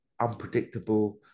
unpredictable